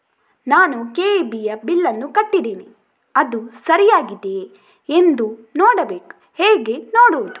ನಾನು ಕೆ.ಇ.ಬಿ ಯ ಬಿಲ್ಲನ್ನು ಕಟ್ಟಿದ್ದೇನೆ, ಅದು ಸರಿಯಾಗಿದೆಯಾ ಎಂದು ನೋಡಬೇಕು ಹೇಗೆ ನೋಡುವುದು?